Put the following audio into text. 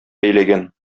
бәйләгән